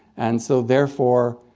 and so, therefore,